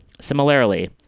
similarly